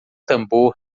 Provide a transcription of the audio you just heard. tambor